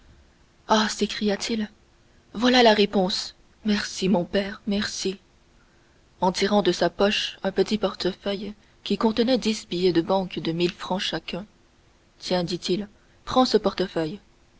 ah s'écria-t-il voilà la réponse merci mon père merci en tirant de sa poche un petit portefeuille qui contenait dix billets de banque de mille francs chacun tiens dit-il prends ce portefeuille